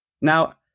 Now